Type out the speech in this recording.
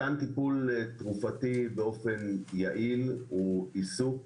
מתן טיפול תרופתי באופן יעיל הוא עיסוק